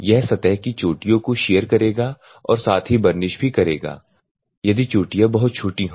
यह सतह की चोटियों को शियर करेगा और साथ ही बर्निश भी करेगा यदि चोटियाँ बहुत छोटी हों